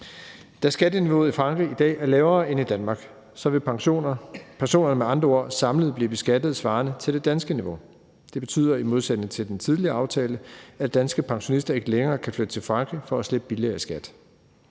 Da skatteniveauet i Frankrig i dag er lavere end i Danmark, vil pensionerne med andre ord samlet blive beskattet svarende til det danske niveau. Det betyder i modsætning til den tidligere aftale, at danske pensionister ikke længere kan flytte til Frankrig for at slippe billigere i skat.